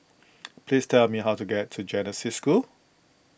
please tell me how to get to Genesis School